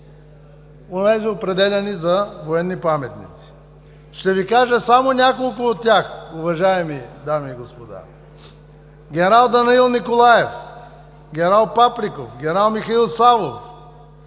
онези определяни за военни паметници. Ще Ви кажа само няколко от тях, уважаеми дами и господа: ген. Данаил Николаев, ген. Паприков, ген. Михаил Савов,